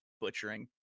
butchering